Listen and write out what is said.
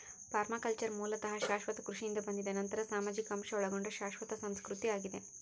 permaculture ಮೂಲತಃ ಶಾಶ್ವತ ಕೃಷಿಯಿಂದ ಬಂದಿದೆ ನಂತರ ಸಾಮಾಜಿಕ ಅಂಶ ಒಳಗೊಂಡ ಶಾಶ್ವತ ಸಂಸ್ಕೃತಿ ಆಗಿದೆ